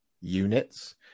units